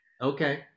Okay